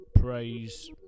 Praise